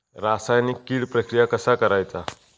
रासायनिक कीड प्रक्रिया कसा करायचा?